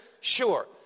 sure